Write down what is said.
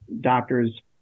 doctor's